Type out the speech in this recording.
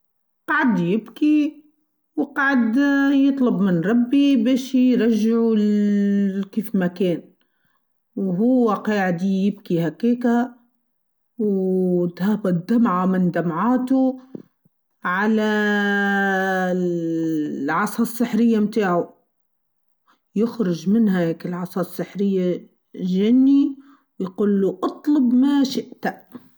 قاعد يبكي و قاعد يطلب من ربي بيش يرجعه ل كيف ما كان و هو قاعد يبكي هاكاكا و تهقد دمعه من دمعاته على ااا العصى السحريه متاعه يخرج منها ك العصا السحريه چني يقله أطلب ما شئت.